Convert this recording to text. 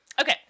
Okay